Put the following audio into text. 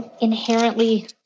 inherently